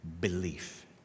belief